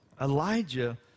Elijah